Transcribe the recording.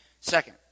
Second